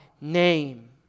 name